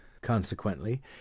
Consequently